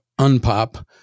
unpop